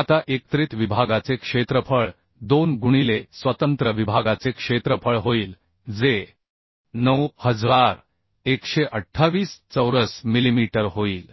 आता एकत्रित विभागाचे क्षेत्रफळ 2 गुणिले स्वतंत्र विभागाचे क्षेत्रफळ होईल जे 9128 चौरस मिलिमीटर होईल